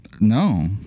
No